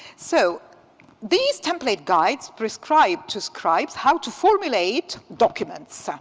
so these template guides prescribe to scribes how to formulate documents,